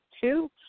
two